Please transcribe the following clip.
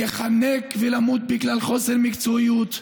להיחנק ולמות בגלל חוסר מקצועיות,